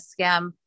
scam